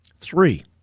Three